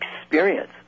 experience